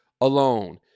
alone